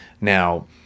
Now